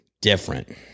Different